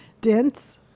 Dense